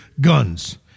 guns